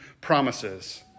promises